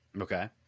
Okay